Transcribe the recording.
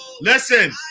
Listen